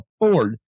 afford